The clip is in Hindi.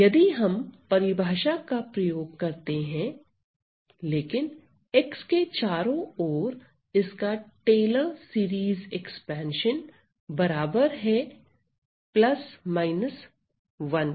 यदि हम परिभाषा का प्रयोग करते हैं लेकिन x के चारों ओर इसका टेलर सीरीज एक्सपेंशन बराबर है 1 के